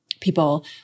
people